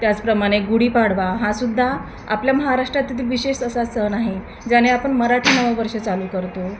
त्याचप्रमाणे गुढीपाडवा हासुद्धा आपल्या महाराष्ट्रात तिथं विशेष असा सण आहे ज्याने आपण मराठी नववर्ष चालू करतो